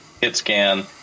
hit-scan